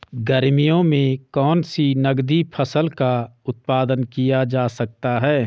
गर्मियों में कौन सी नगदी फसल का उत्पादन किया जा सकता है?